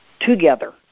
together